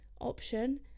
option